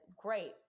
great